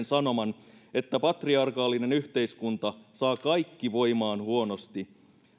sanoman että patriarkaalinen yhteiskunta saa kaikki voimaan huonosti